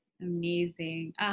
amazing